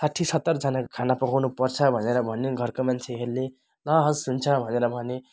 साठी सत्तरजनाको खाना पकाउनुपर्छ भनेर भन्यो घरको मान्छेहरूले ल हवस् हुन्छ भनेर भनेँ